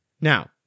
Now